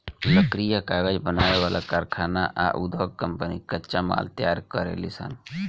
लकड़ी आ कागज बनावे वाला कारखाना आ उधोग कम्पनी कच्चा माल तैयार करेलीसन